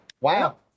Wow